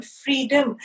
freedom